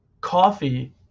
coffee